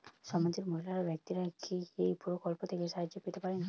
সমাজের মহিলা ব্যাক্তিরা কি এই প্রকল্প থেকে সাহায্য পেতে পারেন?